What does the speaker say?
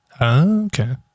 okay